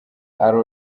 are